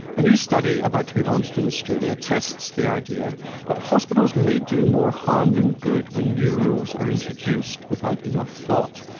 a new study about to be launched in australia tests the idea that hospitals may do more harm than good when new rules are introduced without enough thought.